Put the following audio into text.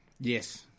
Yes